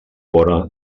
vora